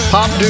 Pop